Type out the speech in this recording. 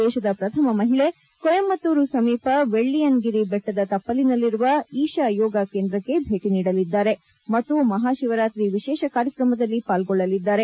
ದೇತದ ಪ್ರಥಮ ಮಹಿಳೆ ಕೊಯಂಬತ್ತೂರು ಸಮೀಪ ವೆಳ್ಳಿಯನ್ ಗಿರಿ ಬೆಟ್ಲದ ತಪ್ಪಲಿನಲ್ಲಿರುವ ಈತಾ ಯೋಗ ಕೇಂದ್ರಕ್ಷೆ ಭೇಟಿ ನೀಡಲಿದ್ದಾರೆ ಮತ್ತು ಮಹಾ ಶಿವರಾತ್ರಿ ವಿಶೇಷ ಕಾರ್ಯಕ್ರಮದಲ್ಲಿ ಪಾಲ್ಗೊಳ್ಳಲಿದ್ದಾರೆ